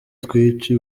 twinshi